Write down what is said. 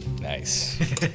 Nice